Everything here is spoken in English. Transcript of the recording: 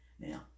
Now